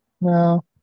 no